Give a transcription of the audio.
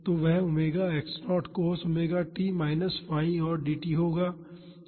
तो वह omega x0 cos omega t minus 𝜙 और dt होगा